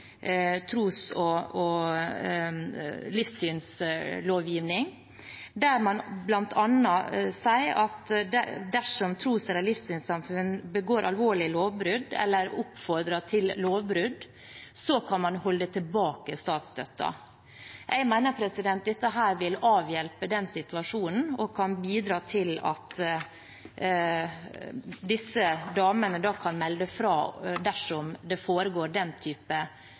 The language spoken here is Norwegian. tros- og livssynslovgivning, der man bl.a. sier at dersom tros- eller livssynssamfunn begår alvorlige lovbrudd eller oppfordrer til lovbrudd, kan man holde tilbake statsstøtten. Jeg mener at dette vil avhjelpe situasjonen og bidra til at disse damene kan melde fra dersom det foregår den type